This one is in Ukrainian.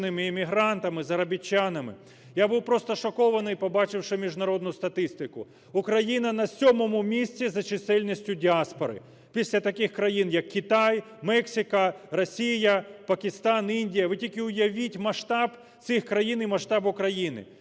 Я був просто шокований, побачивши міжнародну статистику: Україна на сьомому місці за чисельністю діаспори після таких країн як Китай, Мексика, Росія, Пакистан, Індія. Ви тільки уявіть масштаб цих країн і масштаб України!